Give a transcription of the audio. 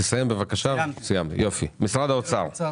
משרד האוצר,